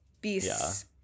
Beast's